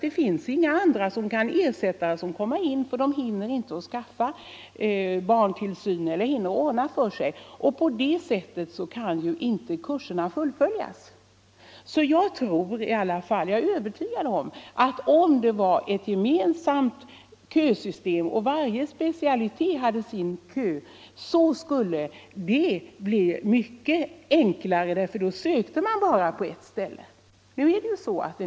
Det finns t.ex. inga ersättare som hinner skaffa barntillsyn eller ordna för sig på annat sätt. Därför kan inte kurserna fullföljas för att de inte blir fulltaliga. Jag är övertygad om att med ett gemensamt kösystem där varje specialitet hade sin kö, så skulle det bli mycket enklare, för då sökte man bara på ett ställe.